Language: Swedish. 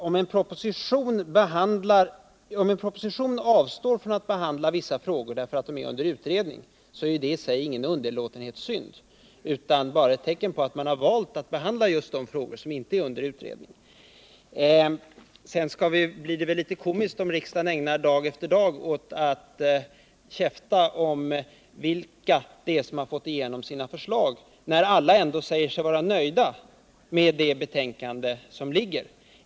Om en proposition avstår från att behandla vissa frågor därför att de är under utredning är det i sig ingen underlåtenhetssynd utan bara ett tecken på att man har valt att behandla just de frågor som inte är under utredning. Det blir litet komiskt om riksdagen ägnar dag efter dag åt att käfta om vilka det är som fått igenom sina förslag — när alla ändå säger sig vara nöjda med det betänkande som föreligger.